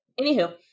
anywho